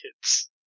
kids